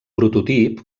prototip